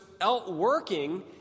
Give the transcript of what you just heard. Outworking